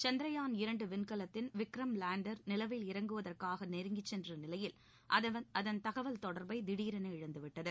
சந்திரயான் இரண்டு விண்கலத்தின் விக்ரம் லேண்டர் நிலவில் இறங்குவதற்காக நெருங்கிச் சென்ற நிலையில் அதன் தகவல் தொடர்பை திடீரென இழந்து விட்டது